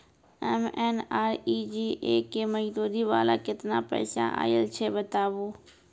MNREGA के मज़दूरी वाला केतना पैसा आयल छै बताबू?